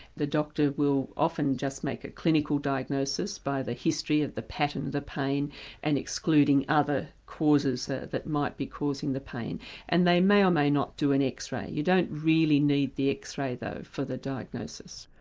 the doctor will often just make a clinical diagnosis by the history of the pattern of the pain and excluding other causes ah that might be causing the pain and they may, or may not do an x-ray, you don't really need the x-ray though for the diagnosis.